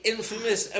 Infamous